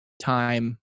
time